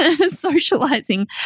socializing